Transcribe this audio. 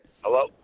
Hello